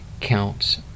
counts